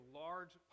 large